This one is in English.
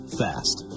fast